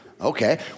Okay